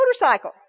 motorcycle